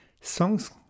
Songs